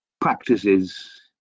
practices